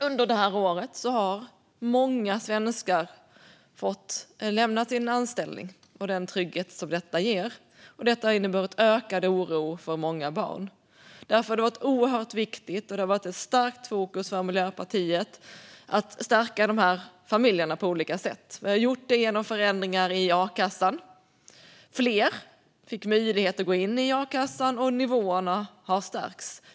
Under det här året har många svenskar fått lämna sin anställning och den trygghet som detta ger. Detta har inneburit en ökad oro för många barn. Därför har det varit ett oerhört viktigt och starkt fokus för Miljöpartiet att stärka de här familjerna på olika sätt. Vi har gjort det genom förändringar i a-kassan. Fler fick möjlighet att gå in i a-kassan, och nivåerna har stärkts.